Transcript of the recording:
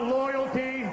loyalty